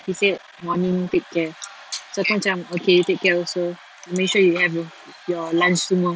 he said morning take care so aku macam okay take care also make sure you have your your lunch semua